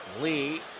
Lee